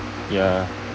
ya